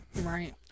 Right